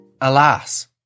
Alas